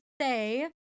say